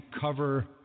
cover